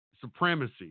supremacy